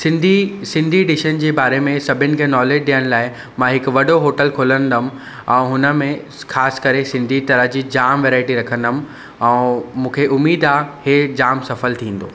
सिंधी सिंधी डिशनि जे बारे में सभिनि खे नॉलेज ॾियण लाइ मां हिकु वॾो होटल खोलंदुमि ऐं हुनमें ख़ासि करे सिंधी तराह जी जाम वैराइटी रखंदुमि ऐं मूंखे उमेद आहे इहे जाम सफल थींदो